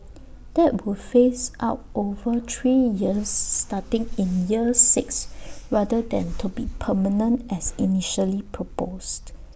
that would phase out over three years starting in year six rather than to be permanent as initially proposed